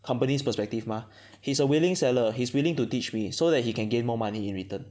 company's perspective mah he's a willing seller he's willing to teach me so that he can gain more money in return